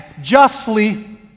justly